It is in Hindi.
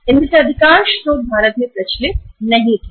इनमें से अधिकांश स्रोत भारत में प्रचलित नहीं थे